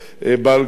בעל-כורחו.